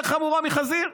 יותר חמורה מחזיר.